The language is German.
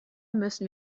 müssen